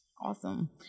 Awesome